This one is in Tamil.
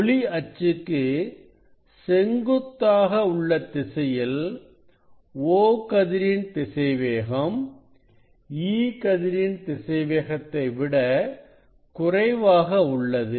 ஒளி அச்சுக்கு செங்குத்தாக உள்ள திசையில் O கதிரின் திசைவேகம் E கதிரின் திசைவேகத்தை விட குறைவாக உள்ளது